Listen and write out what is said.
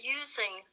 using